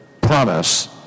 promise